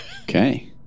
Okay